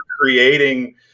creating